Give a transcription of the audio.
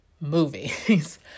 movies